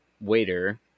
waiter